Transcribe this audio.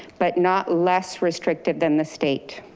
but not less restricted than the state.